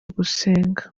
gusenga